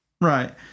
Right